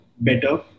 better